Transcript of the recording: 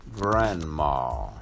Grandma